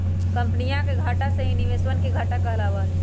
कम्पनीया के घाटा ही निवेशवन के घाटा कहलावा हई